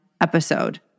episode